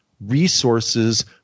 resources